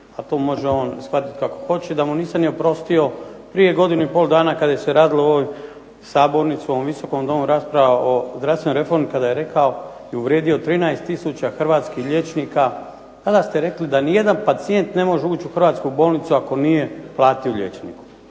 a to može on shvatiti kako hoće, da mu nisam ni oprostio prije godinu i pol dana kada se radilo u ovoj sabornici, u ovom Visokom domu rasprava o zdravstvenoj reformi kada je rekao i uvrijedio 13 tisuća hrvatskih liječnika. Tada ste rekli da nijedan pacijent ne može ući u hrvatsku bolnicu ako nije platio liječniku.